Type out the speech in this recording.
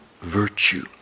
virtue